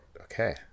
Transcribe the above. okay